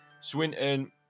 Swinton